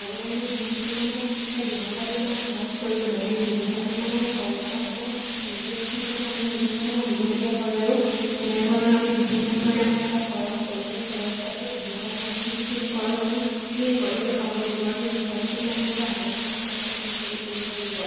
আগতে আমি যিমানখিনি মানে এই ব্যৱসায়টোত মানে খৰচ কৰিলোঁ মানে সেই ব্যৱসায়টোত মানে সেই খৰচ কৰা মানে এভিডেঞ্চখিনি মানে আমি সেইটোত মানে আহিবলগীয়া হয় আৰু যেনেধৰণৰ আমি বিভিন্ন ধৰণে মানে এটা খৰচ কৰোঁ সেই খৰচ কৰাটোত ব্যৱসায়টোত আমি সেইখিনি খৰচ আমি কৰিও দেখাব লাগিব সেই খৰচখিনিত আমি এটা অৱলম্বনৰ পথ মানে মুকলি কৰি দিব লাগিব